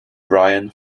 brian